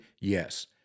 Yes